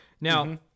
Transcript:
Now